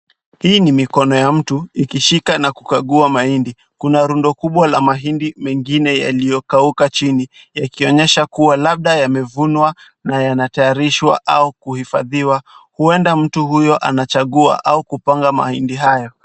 Hii ni mikono ya mtu ikishika na kukagua mahindi, kuna lundo kubwa la mahindi mengine yaliyokauka chini yakionyesha kuwa labda yamevunwa na yanatayarishwa au kuhifadhiwa, huenda mtu huyo anachagua au kupanga mahindi hayo.